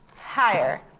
Higher